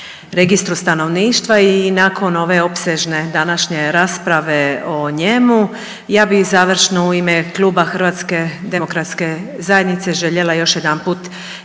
registru stanovništva i nakon ove opsežne današnje rasprave o njemu ja bih završno u ime Kluba HDZ-a željela još jedanput